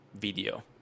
video